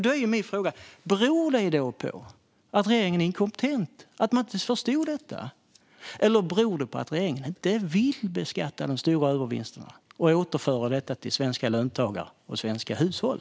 Då är min fråga: Beror det på att regeringen är inkompetent och inte förstod detta, eller beror det på att regeringen inte vill beskatta de stora övervinsterna och återföra detta till svenska löntagare och svenska hushåll?